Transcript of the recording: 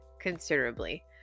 considerably